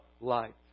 light